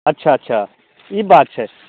अच्छा अच्छा ई बात छै